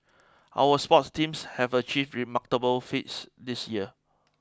our sports teams have achieved remarkable feats this year